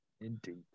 Indeed